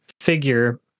figure